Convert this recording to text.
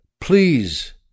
Please